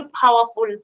powerful